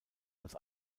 als